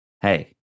hey